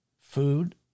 food